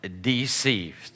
deceived